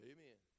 Amen